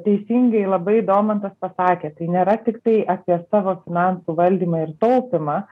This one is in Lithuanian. teisingai labai domantas pasakė tai nėra tiktai apie savo finansų valdymą ir taupymą